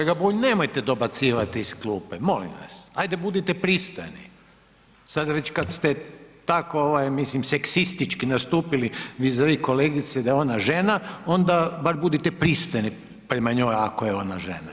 Kolega Bulj nemojte dobacivati iz klupe, molim vas, ajde budite pristojni, sada već kad ste tak ovaj mislim seksistički nastupili vi za vi kolegice da je ona žena, onda bar budite pristojni prema njoj ako je ona žena.